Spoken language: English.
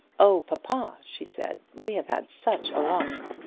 oh, papa, she said, we have had such a walk!